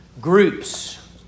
groups